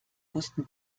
wussten